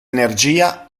energia